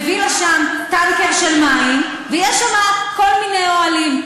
מביא לשם טנקר של מים ויש שם כל מיני אוהלים,